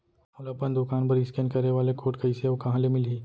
मोला अपन दुकान बर इसकेन करे वाले कोड कइसे अऊ कहाँ ले मिलही?